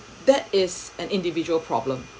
that is an individual problem